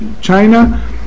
China